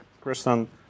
Kristen